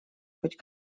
хоть